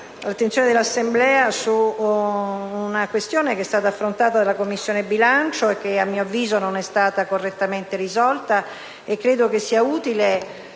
Grazie,